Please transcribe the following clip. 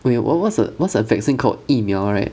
wait what what's a what's a vaccine called 疫苗 right